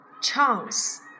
chance